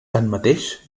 tanmateix